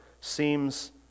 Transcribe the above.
seems